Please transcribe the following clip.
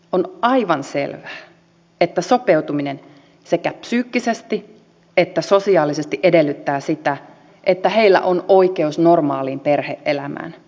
on aivan selvää että sopeutuminen sekä psyykkisesti että sosiaalisesti edellyttää sitä että heillä on oikeus normaaliin perhe elämään